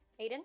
Aiden